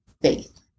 faith